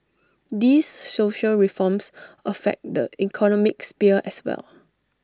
these social reforms affect the economic sphere as well